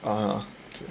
(uh huh)